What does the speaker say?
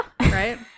right